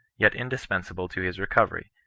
yet indis pensable to his recovery,